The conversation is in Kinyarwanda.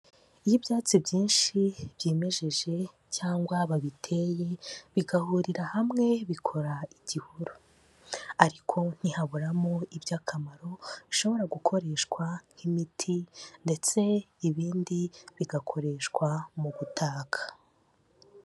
Y'ibyatsi byinshi byimejeje cyangwa babiteye bigahurira hamwe bikora igihuru, ariko ntihaburamo iby'akamaro bishobora gukoreshwa nk'imiti ndetse ibindi bigakoreshwa mu gutaka.